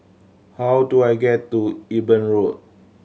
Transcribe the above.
how do I get to Eben Road